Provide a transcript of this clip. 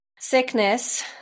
Sickness